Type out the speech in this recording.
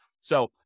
So-